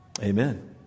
Amen